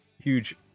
huge